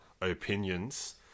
Opinions